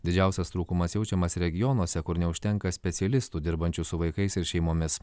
didžiausias trūkumas jaučiamas regionuose kur neužtenka specialistų dirbančių su vaikais ir šeimomis